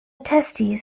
testes